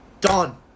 done